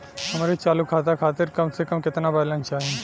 हमरे चालू खाता खातिर कम से कम केतना बैलैंस चाही?